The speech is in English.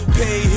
pay